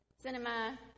cinema